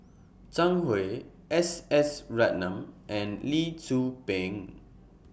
Zhang Hui S S Ratnam and Lee Tzu Pheng